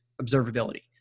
observability